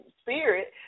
spirit